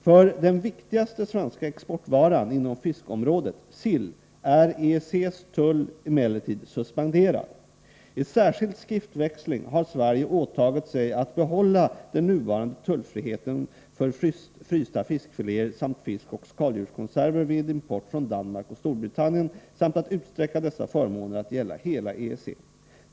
För den viktigaste svenska exportvaran inom fiskområdet, sill, är EEC:s tull emellertid suspenderad. I särskild skriftväxling har Sverige åtagit sig att behålla den nuvarande tullfriheten för frysta fiskfiléer samt fiskoch skaldjurskonserver vid import från Danmark och Storbritannien samt att utsträcka dessa förmåner att gälla hela EEC .